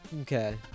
Okay